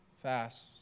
fast